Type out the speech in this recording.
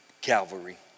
Calvary